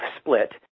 split